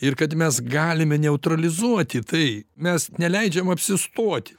ir kad mes galime neutralizuoti tai mes neleidžiam apsistoti